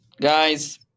guys